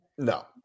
No